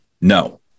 No